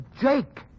Jake